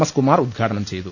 S Kumar ഉദ്ഘാടനം ചെയ്തു